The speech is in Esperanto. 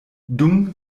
dum